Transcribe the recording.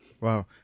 Wow